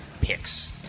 picks